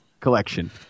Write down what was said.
collection